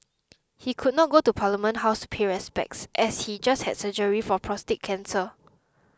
he could not go to Parliament House to pay respects as he just had surgery for prostate cancer